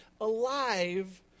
alive